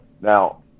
Now